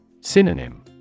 Synonym